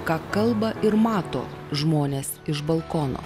ką kalba ir mato žmonės iš balkono